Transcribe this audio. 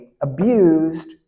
abused